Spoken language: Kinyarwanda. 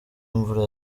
imvura